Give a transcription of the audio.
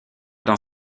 dans